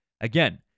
Again